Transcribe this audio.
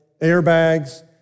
airbags